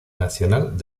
nacional